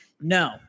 no